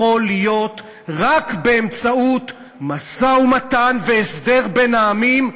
יכול להיות רק באמצעות משא-ומתן והסדר בין העמים,